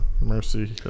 Mercy